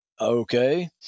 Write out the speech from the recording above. Okay